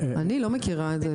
אני לא מכירה את זה.